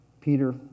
Peter